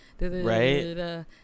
right